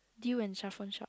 Dew and Shafran Shak